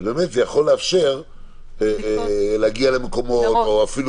באמת זה יכול לאפשר להגיע למקומות או אפילו